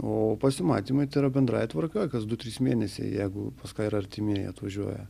o pasimatymai tai yra bendrąja tvarka kas du trys mėnesiai jeigu pas ką yra artimieji atvažiuoja